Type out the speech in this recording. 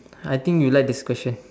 I think you like this question